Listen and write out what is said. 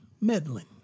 meddling